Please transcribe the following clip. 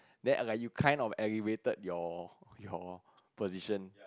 then like you kind of elevated your your position